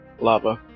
lava